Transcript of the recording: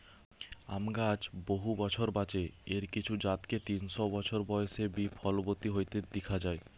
আম গাছ বহু বছর বাঁচে, এর কিছু জাতকে তিনশ বছর বয়সে বি ফলবতী হইতে দিখা যায়